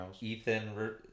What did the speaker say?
Ethan